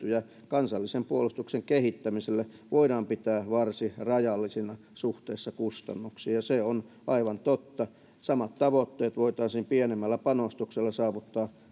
saatavia hyötyjä kansallisen puolustuksen kehittämiselle voidaan pitää varsin rajallisina suhteessa kustannuksiin ja se on aivan totta samat tavoitteet voitaisiin pienemmällä panostuksella saavuttaa